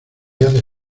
hace